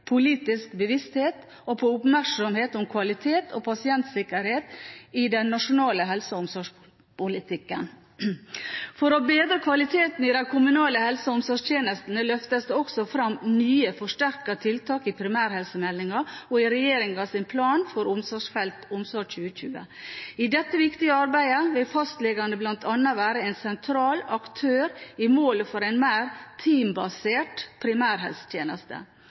politisk bevissthet og på oppmerksomhet om kvalitet og pasientsikkerhet i den nasjonale helse- og omsorgspolitikken. For å bedre kvaliteten i de kommunale helse- og omsorgstjenestene løftes det også fram nye forsterkede tiltak i primærhelsemeldingen og i regjeringens plan for omsorgsfeltet, Omsorg 2020. I dette viktige arbeidet vil bl.a. fastlegene være en sentral aktør i målet for en mer teambasert primærhelsetjeneste.